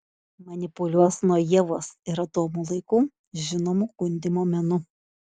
manipuliuos nuo ievos ir adomo laikų žinomu gundymo menu